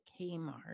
Kmart